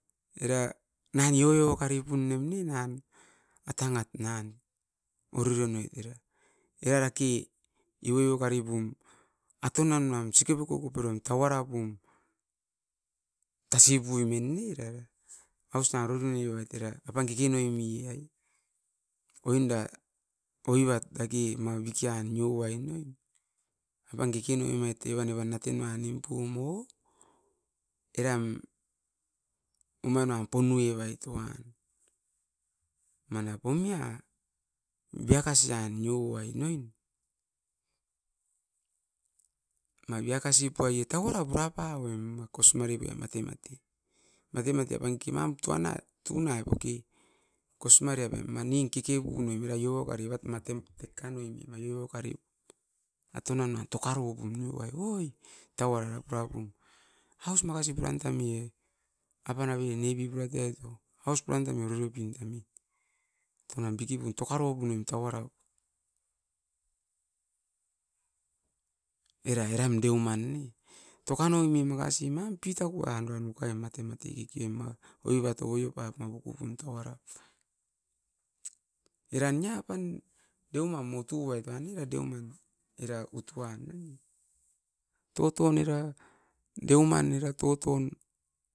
Era na nio'io kari pun nem ne nan, atangat nan ororio noit era, era rake iio io kari pum a tonan nuam, sikepeko koperoun tauara pum tasi puimen era. Aus na rotonui bait era apan keke noimi'ai, oinda oivat dake ma bikian nio aine? Apan keke noimait evan-evan naten noa nimpum o, eram omain nuam ponui'evait o uan. Manap omia biakasaan nio ai noin? Ma biakasi pu'ai ot, tauara pura pa'oim ma kosmari pi'a mate matei. Mate mate pang kimam tuanat, tunai poki kosmare pam manin kikipun oim era io'kari evat matem kakan oimi mai iokari a tunan nu'ai tokaro pum nu'ai. Oi, tauara purapum, aus marasi puran tam iiai apan avere nepipurai toit io aus puran taim irorio pintan ne. Tunan bikibui tokaro punim tauarau, era eram deoman ne, toka noimi makasi maim pitaku an urain ukai mati mati kikion ma, oibato oi oupat no kokopum tauara. Eran ni apan, deomam motu'ai pan era deoman, era utu uan na. Toton era deuman era toton,